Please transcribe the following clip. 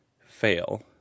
fail